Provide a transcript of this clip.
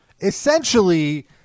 essentially